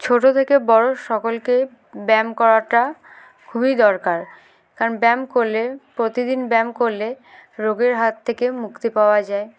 ছোট থেকে বড় সকলকে ব্যায়াম করাটা খুবই দরকার কারণ ব্যায়াম করলে প্রতিদিন ব্যায়াম করলে রোগের হাত থেকে মুক্তি পাওয়া যায়